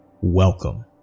Welcome